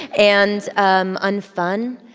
and um un-fun.